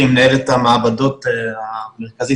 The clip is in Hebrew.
שהיא מנהלת המעבדות המרכזית,